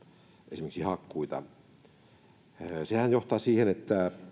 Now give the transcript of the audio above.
esimerkiksi pienennämme hakkuita sehän johtaa siihen